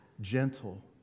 gentle